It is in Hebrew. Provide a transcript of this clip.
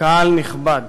קהל נכבד,